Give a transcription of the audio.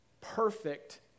perfect